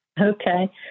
Okay